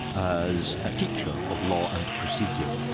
as a teacher of law and procedure,